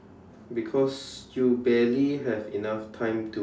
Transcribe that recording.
because you barely have enough time to